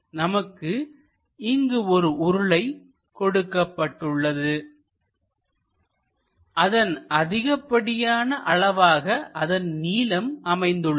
நமக்கு இங்கு ஒரு உருளை கொடுக்கப்பட்டுள்ளது அதன் அதிகப்படியான அளவாக அதன் நீளம் அமைந்துள்ளது